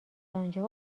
آنجا